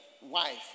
wife